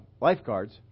lifeguards